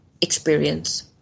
experience